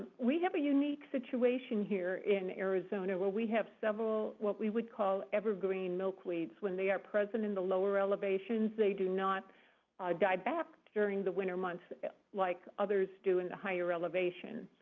we have a unique situation here in arizona, where we have several, what we would call, evergreen milkweeds. when they are present in the lower elevations they do not die back during the winter months like others do in the higher elevation.